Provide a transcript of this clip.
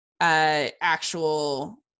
actual